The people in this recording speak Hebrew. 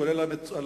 כולל על המצוינים,